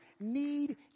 need